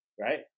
right